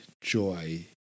joy